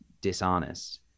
dishonest